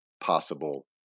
possible